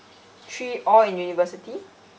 three all in university